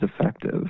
effective